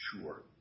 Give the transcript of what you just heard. sure